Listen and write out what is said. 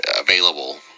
available